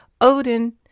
Odin